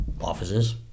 offices